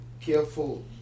careful